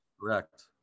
correct